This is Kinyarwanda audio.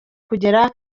kugera